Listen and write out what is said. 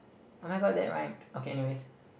oh my god that rhymed okay any ways